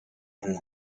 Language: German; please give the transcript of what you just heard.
einen